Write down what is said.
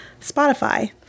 Spotify